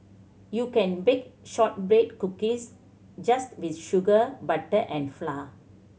you can bake shortbread cookies just with sugar butter and flour